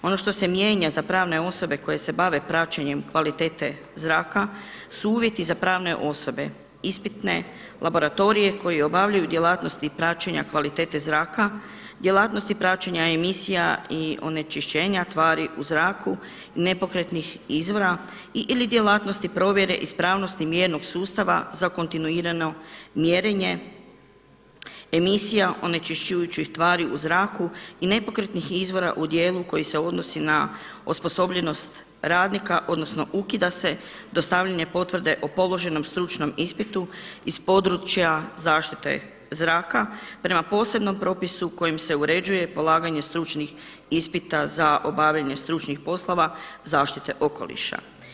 Ono što se mijenja za pravne osobe koje se bave praćenjem kvalitete zraka su uvjeti za pravne osobe, ispitne laboratorije koji obavljaju djelatnosti praćenja kvalitete zraka, djelatnosti praćenja emisija i onečišćenja tvari u zraku, nepokretnih izvora ili djelatnosti provjere ispravnosti mjernog sustava za kontinuirano mjerenje emisija onečišćujućih tvari u zraku i nepokretnih izvora u dijelu koji se odnosi na osposobljenost radnika, odnosno ukida se dostavljanje potvrde o položenom stručnom ispitu iz područja zaštite zraka prema posebnom propisu kojim se uređuje polaganje stručnih ispita za obavljanje stručnih poslova zaštite okoliša.